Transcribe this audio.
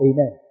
Amen